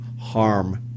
harm